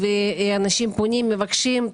אנשים פונים ומבקשים,